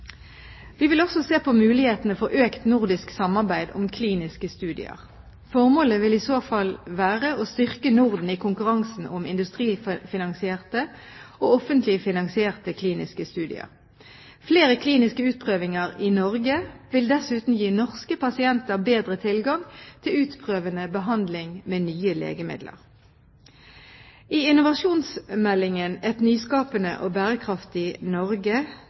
Vi vil også se på mulighetene for økt nordisk samarbeid om kliniske studier. Formålet vil i så fall være å styrke Norden i konkurransen om industrifinansierte og offentlig finansierte kliniske studier. Flere kliniske utprøvinger i Norge vil dessuten gi norske pasienter bedre tilgang til utprøvende behandling med nye legemidler. I innovasjonsmeldingen Et nyskapende og bærekraftig Norge